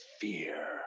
fear